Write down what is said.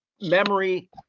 memory